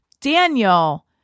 Daniel